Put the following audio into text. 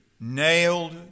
nailed